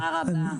בשמחה רבה.